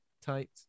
tight